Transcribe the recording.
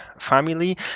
family